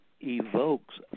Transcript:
evokes